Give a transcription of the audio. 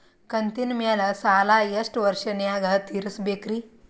ಕಂತಿನ ಮ್ಯಾಲ ಸಾಲಾ ಎಷ್ಟ ವರ್ಷ ನ್ಯಾಗ ತೀರಸ ಬೇಕ್ರಿ?